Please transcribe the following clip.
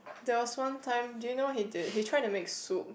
there was one time do you know what he did he try to make soup